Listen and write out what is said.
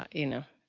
you know,